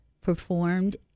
performed